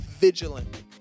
vigilant